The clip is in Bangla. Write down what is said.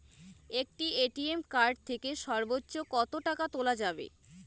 একটি এ.টি.এম কার্ড থেকে সর্বোচ্চ কত টাকা তোলা যাবে?